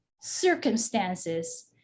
circumstances